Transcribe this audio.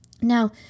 now